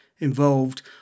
involved